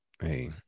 Hey